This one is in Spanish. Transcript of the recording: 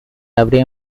habría